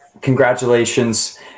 congratulations